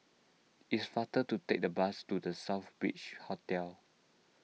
it's faster to take the bus to the Southbridge Hotel